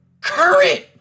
current